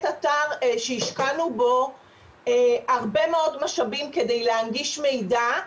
אתר שהשקענו בו הרבה מאוד משאבים כדי להנגיש מידע,